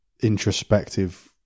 introspective